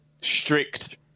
strict